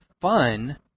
fun